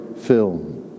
film